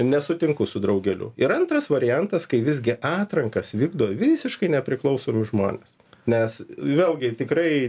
nesutinku su draugeliu ir antras variantas kai visgi atrankas vykdo visiškai nepriklausomi žmonės nes vėlgi tikrai